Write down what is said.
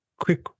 Quick